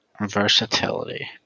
versatility